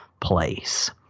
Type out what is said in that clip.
place